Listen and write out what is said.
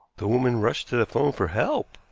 the woman rushed to the phone for help,